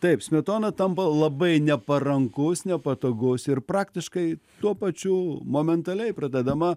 taip smetona tampa labai neparankus nepatogus ir praktiškai tuo pačiu momentaliai pradedama